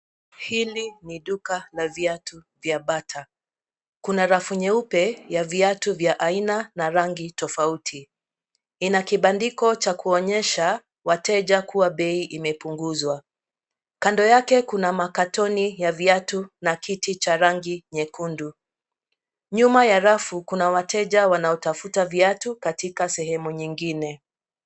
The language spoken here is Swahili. Hili ni duka la viatu vya Bata. Kuna rafu nyeupe ya viatu vya aina na rangi tofauti. Lina kibandiko cha kuonyesha wateja kuwa bei imepunguzwa. Kando yake kuna makatoni ya viatu na kiti cha rangi nyekundu. Nyuma ya rafu kuna wateja wanaotafuta viatu katika sehemu nyingine.